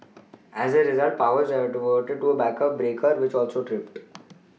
as a result power was diverted to a backup breaker which also tripped